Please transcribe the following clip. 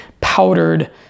powdered